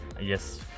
yes